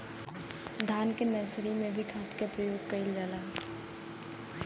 धान के नर्सरी में भी खाद के प्रयोग कइल जाला?